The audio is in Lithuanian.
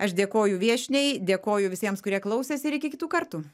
aš dėkoju viešniai dėkoju visiems kurie klausėsi ir iki kitų kartų